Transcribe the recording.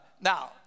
Now